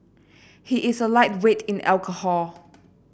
he is a lightweight in alcohol